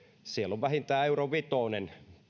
on vähintään euro vitonen